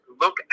look